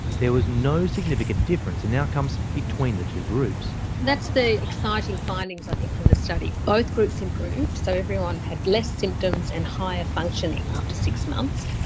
there was no significant difference in outcomes between the two groups. that's the exciting findings i think from the study. both groups improved, so everyone had less symptoms and higher functioning after six months,